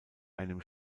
einem